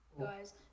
guys